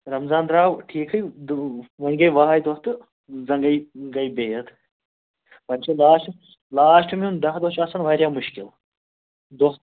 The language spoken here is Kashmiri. رمضان درٛاو ٹھیٖکٕے دُ وۄنۍ گٔے وُہے دۄہ تہٕ زنٛگے گٔے بِہتھ وۅنۍ چھِ لاسٹَس لاسٹ میٛون دَہ دۄہ چھُ آسان واریاہ مُشکِل